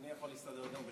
כנסת נכבדה,